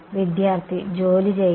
വിദ്യാർത്ഥി ജോലി ചെയ്യുന്നു